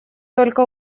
только